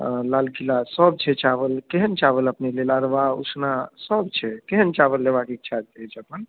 हँ लालकिला सब छै चावल केहन चावल अपने लेब अरबा उसना सब छै केहन चावल लेबाक इच्छा अछि अपन